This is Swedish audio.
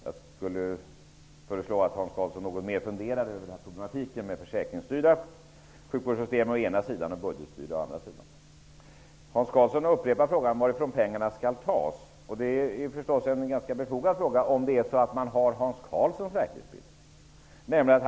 Jag föreslår Hans Karlsson att fundera litet mera över problemen med försäkringsstyrda sjukvårdssystem å ena sidan och budgetstyrda å andra sidan. Hans Karlsson upprepar frågan om varifrån pengarna skall tas. Det är förstås en ganska befogad fråga om man har Hans Karlssons verklighetsbild.